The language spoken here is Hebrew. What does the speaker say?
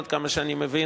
עד כמה שאני מבין.